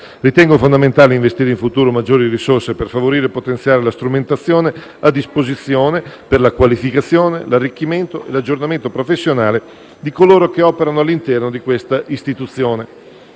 Ritengo fondamentale investire in futuro maggiori risorse per favorire e potenziare la strumentazione a disposizione, per la qualificazione, l'arricchimento e l'aggiornamento professionale di coloro che operano all'interno di questa Istituzione.